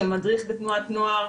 מדריך בתנועת נוער,